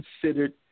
considered